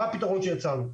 מהו הפתרון שהצענו?